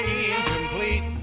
incomplete